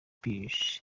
peas